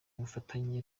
ubufatanye